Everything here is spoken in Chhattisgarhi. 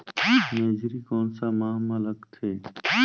मेझरी कोन सा माह मां लगथे